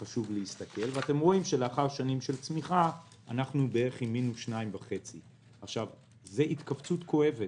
אתם רואים שלאחר שנים של צמיחה אנחנו עם בערך 2.5-. זאת התכווצות כואבת,